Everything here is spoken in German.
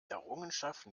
errungenschaften